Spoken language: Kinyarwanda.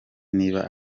niba